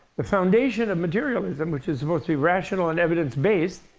the foundation of materialism, which is supposed to be rational and evidence based,